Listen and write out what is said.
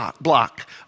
block